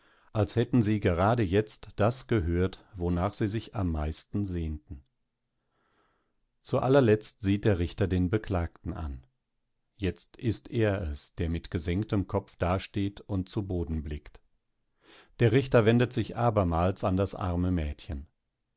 als hätten sie gerade jetzt das gehört wonach sie sich am meisten sehnten zu allerletzt sieht der richter den beklagten an jetzt ist er es der mit gesenktem kopf dasteht und zu boden blickt der richter wendet sich abermals an das arme mädchen